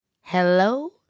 hello